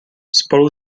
spolu